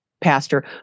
pastor